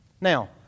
Now